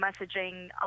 messaging